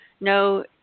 no –